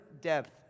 depth